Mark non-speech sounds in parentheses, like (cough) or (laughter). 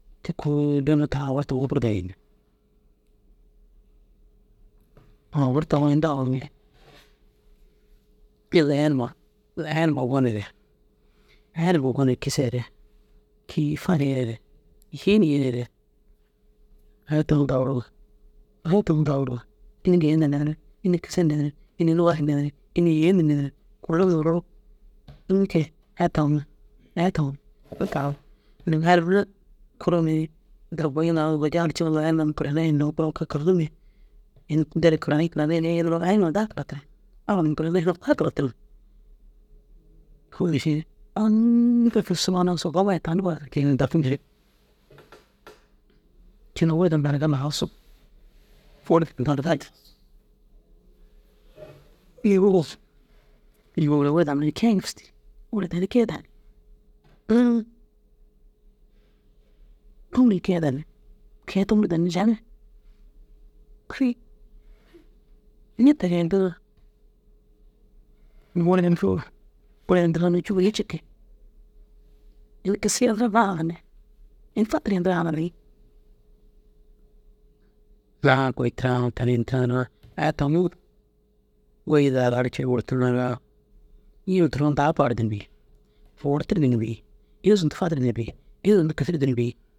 Te kôoli de unnu owor taŋa bur daginni. Owor taŋuu ini daguure yege aya numa ŋa, aya numa goniere, aya numa gonim kisiere kii fariŋire, geen yeniere. Aya taŋu daguru înni geenir ninirig, înni kisir ninirig, înni nuŋosir ninirig, înni yêenir ninirig, kunno nuguruurug, înni ke aya taŋu, aya taŋu bur dagir. Nuŋu harij mire kuruum ni ini bui ni au wire na cîma aya numa lau kirenne hinnoo, a ke kîrum ni ini nter kiranii kiranii kiraniiree niroo aya daa karatiriŋ, abba numa karayinne hinnoo daa karatiriŋ. Kôoli še înni ke kisiŋoo na sobou ai tani fadirŋare dakume ši. Ciina wurda ntaa ru galli awusu. Wurde tinta re rai ntir. Yoo. (unintelligible) Wurdere kee danni, uũ kôomil kee danni. Te tômu ru danni jame. Kui ñiti hee ntoo wurde nduruu, wurde ntiraa unnu cûure cikii. Yoo kisiree duro bag na haŋiŋ. Ini fatir yendirigaa na bêi. Laha kôi tira tani ini tira niroo aya taŋuu goyi dîi daa laar cen gurti ni neroo yim turon daa baarde ni bêi, owrtirde ni bêi, yo zuntu fadirde ni bêi, yo zuntu kisirde ni bêi.